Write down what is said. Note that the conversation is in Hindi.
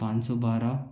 पाँच सौ बारह